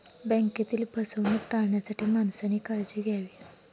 बँकेतील फसवणूक टाळण्यासाठी माणसाने काळजी घ्यावी